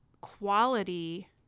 quality